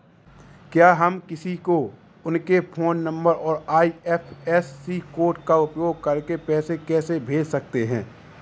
क्या हम किसी को उनके फोन नंबर और आई.एफ.एस.सी कोड का उपयोग करके पैसे कैसे भेज सकते हैं?